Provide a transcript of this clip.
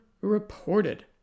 reported